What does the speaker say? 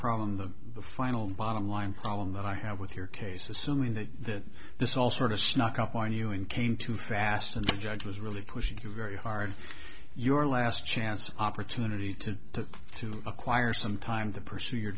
problem the final bottom line problem that i have with your case assuming that this all sort of snuck up on you in came too fast and the judge was really pushing you very hard your last chance opportunity to talk to acquire some time to pursue your